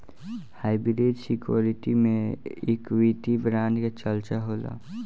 hybrid security में equity bond के चर्चा होला